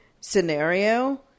scenario